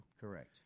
Correct